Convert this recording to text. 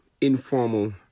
informal